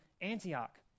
Antioch